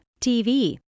TV